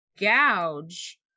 gouge